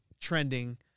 Trending